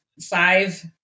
five